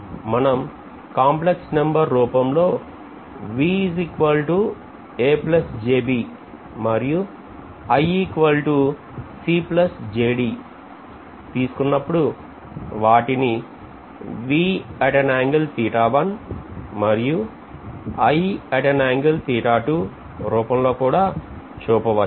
మనం complex number రూపంలో మరియు తీసుకున్నప్పుడు వాటిని మరియు రూపంలో కూడా చూపవచ్చు